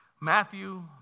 Matthew